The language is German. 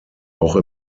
auch